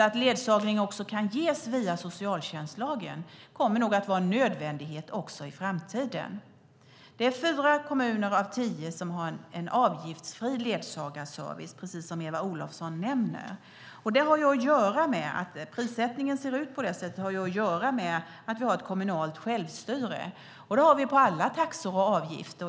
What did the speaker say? Att ledsagning också kan ges via socialtjänstlagen kommer nog att vara en nödvändighet också i framtiden. Det är fyra kommuner av tio som har en avgiftsfri ledsagarservice, precis som Eva Olofsson nämner. Att prissättningen ser ut så har att göra med att vi har kommunalt självstyre. Det gäller alla taxor och avgifter.